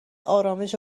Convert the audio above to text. ارامش